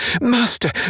Master